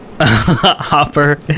hopper